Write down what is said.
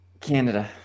Canada